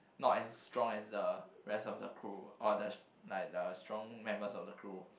not as strong as the rest of the crew or the like the strong members of the crew